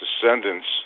descendants